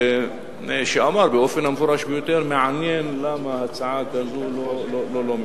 שאמר באופן המפורש ביותר: מעניין למה הצעה כזאת לא מאושרת.